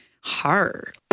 hard